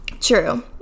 True